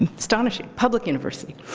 astonishing. public university.